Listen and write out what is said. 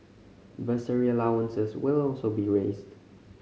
bursary allowances will also be raised